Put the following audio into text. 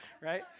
Right